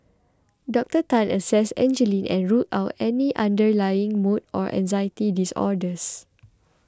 Doctor Tan assessed Angeline and ruled out any underlying mood or anxiety disorders